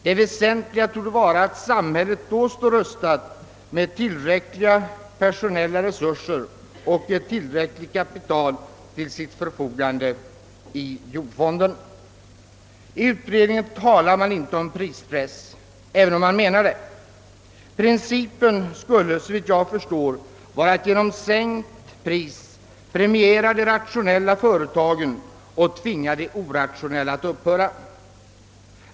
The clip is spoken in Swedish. Det väsentliga torde vara att samhället då står rustat med tillräckliga personella resurser och tillräckligt kapital till sitt förfogande i jordfonden. I utredningen talar man inte om prispress även om man menar det. Principen skulle, såvitt jag förstår, vara att genom sänkt pris premiera de rationella företagen och tvinga de orationella att upphöra.